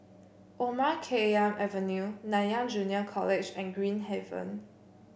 Omar Khayyam Avenue Nanyang Junior College and Green Haven